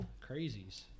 Crazies